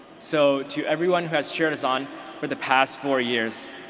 so, to everyone who has cheered us on for the past four years,